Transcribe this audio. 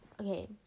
okay